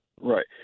Right